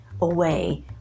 away